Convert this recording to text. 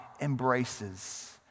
embraces